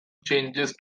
changes